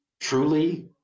truly